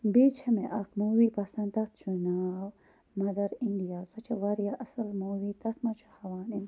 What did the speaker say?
بیٚیہِ چھَ مےٚ اکھ موٗوی پَسَنٛد تتھ چھُ ناو مَدَر اِنڈیا سۄ چھےٚ واریاہ اصل موٗوی تتھ مَنٛز چھُ ہاوان یِم